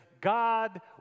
God